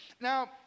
Now